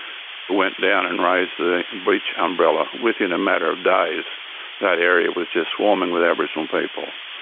went down and raised the beach umbrella. within a matter of days that area was just swarming with aboriginal people.